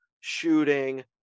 shooting